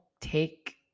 take